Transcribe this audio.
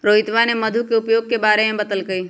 रोहितवा ने मधु के उपयोग के बारे में बतल कई